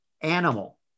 animal